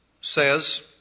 says